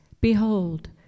behold